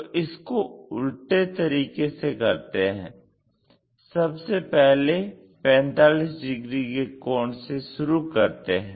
तो इसको उलटे तरीके से करते हैं सबसे पहले 45 डिग्री के कोण से शुरू करते हैं